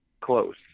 close